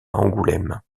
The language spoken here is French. angoulême